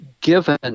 given